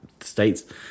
states